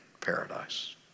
paradise